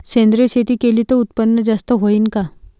सेंद्रिय शेती केली त उत्पन्न जास्त होईन का?